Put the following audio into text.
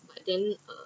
but then uh